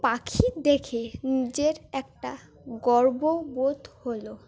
পাখি দেখে নিজের একটা গর্ববোধ হলো